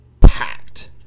packed